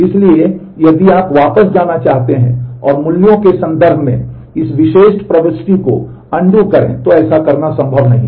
इसलिए यदि आप अब वापस जाना चाहते हैं और मूल्यों के संदर्भ में इस विशेष प्रविष्टि को अनडू करें तो ऐसा करना संभव नहीं है